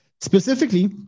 specifically